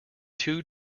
two